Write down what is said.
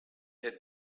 had